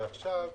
עכשיו